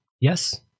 Yes